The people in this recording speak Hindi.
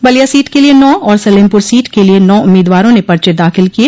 बलिया सीट के लिये नौ और सलेमपुर सीट के लिये नौ उम्मीदवारों ने पर्चे दाखिल किये